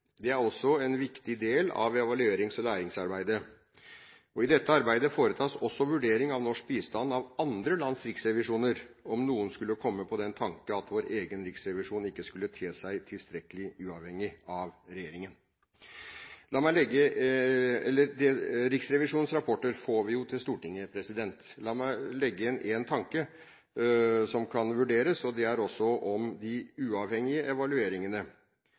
Det er også en viktig del av evaluerings- og læringsarbeidet. I dette arbeidet foretas også vurdering av norsk bistand av andre lands riksrevisjoner – om noen skulle komme på den tanke at vår egen riksrevisjon ikke skulle te seg tilstrekkelig uavhengig av regjeringen. Riksrevisjonens rapporter får vi til Stortinget. La meg legge inn én tanke som kan vurderes, om de uavhengige evalueringene på egnet måte kunne formidles til Stortinget, slik at vi får løpende innsikt i resultatene også